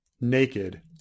naked